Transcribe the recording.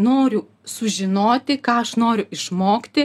noriu sužinoti ką aš noriu išmokti